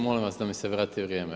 Molim vas da mi se vrati vrijeme.